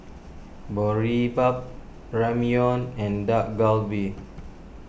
Boribap Ramyeon and Dak Galbi